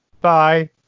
bye